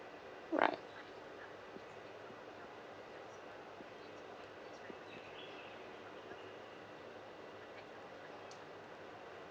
right